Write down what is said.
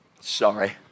Sorry